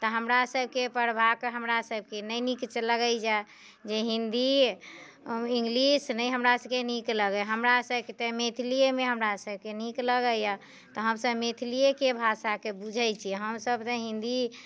तऽ हमरा सभकेँ पढ़बाकऽ हमरा सभकेँ नहि नीक लगैया जे हिन्दी इंग्लिश नहि हमरा सभकेँ नीक लगैया हमरा सभकेँ तऽ मैथिलियेमे हमरा सभके नीक लगैया तऽ हमसभ मैथिलियेके भाषाके बुझैत छियै हमसभ तऽ हिन्दी